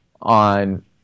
on